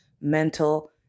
mental